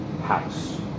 house